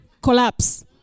collapse